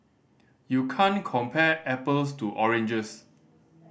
you can't compare apples to oranges